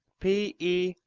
p e.